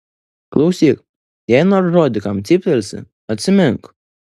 klausyk jei nors žodį kam cyptelsi atsimink